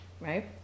right